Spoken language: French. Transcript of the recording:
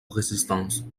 résistance